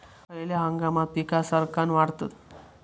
खयल्या हंगामात पीका सरक्कान वाढतत?